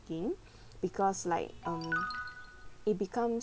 because like um it becomes